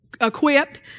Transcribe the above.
equipped